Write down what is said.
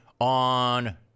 on